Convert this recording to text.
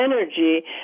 energy